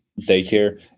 daycare